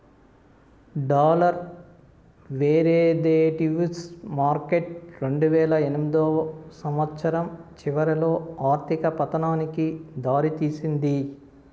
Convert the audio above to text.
dollar derivatives market రెండువేల ఎనిమిదో సంవచ్చరం చివరిలో ఆర్థిక పతనానికి దారి తీసింది